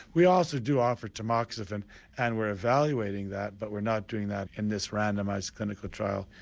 we also do offer tamoxifen and we're evaluating that, but we're not doing that in this randomised clinical trial.